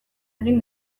egin